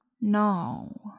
No